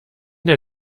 der